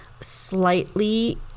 slightly